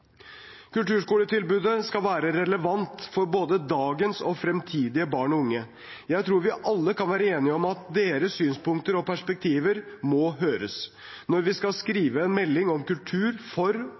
Kulturskoletilbudet skal være relevant for både dagens og fremtidige barn og unge. Jeg tror vi alle kan være enige om at deres synspunkter og perspektiver må høres når vi skal